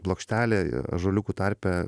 plokštelė ąžuoliukų tarpe